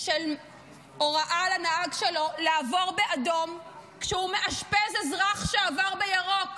של הוראה לנהג שלו לעבור באדום כשהוא מאשפז אזרח שעבר בירוק,